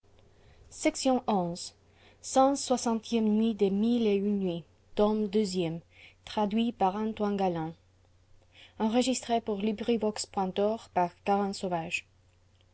par un long